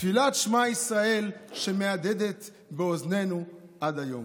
תפילת שמע ישראל, שמהדהדת באוזנינו עד היום.